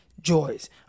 joys